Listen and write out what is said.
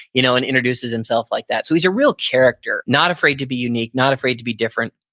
you know and introduces himself like that so he's a real character, not afraid to be unique, not afraid to be different.